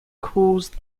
caused